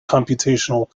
computational